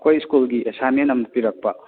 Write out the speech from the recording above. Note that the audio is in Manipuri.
ꯑꯩꯈꯣꯏ ꯁ꯭ꯀꯨꯜꯒꯤ ꯑꯁꯥꯏꯟꯃꯦꯟ ꯑꯃ ꯄꯤꯔꯛꯄ